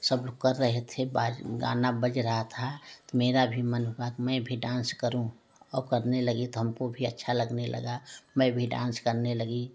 सब लोग कर रहे थे बाहर गाना बज रहा था तो मेरा भी मन हुआ कि मैं भी डांस करूँ और करने लगी तो हमको भी अच्छा लगाने लगा मैं भी डांस करने लगी